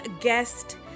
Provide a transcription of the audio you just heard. guest